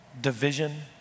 division